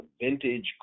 vintage